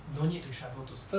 no need to travel to school